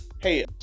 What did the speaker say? Hey